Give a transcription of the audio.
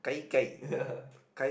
yeah